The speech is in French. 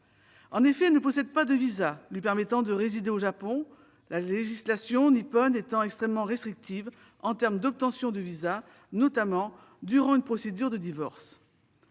En effet, elle ne possède pas de visa lui permettant de résider au Japon, la législation nippone étant extrêmement restrictive en termes d'obtention de ce type de document, notamment durant une procédure de divorce.